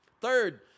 Third